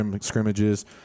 scrimmages